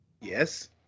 Yes